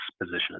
position